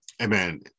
amen